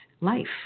life